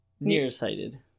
Nearsighted